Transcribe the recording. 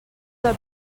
del